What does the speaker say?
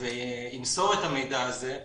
וימסור את המידע הזה,